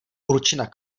určena